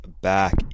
back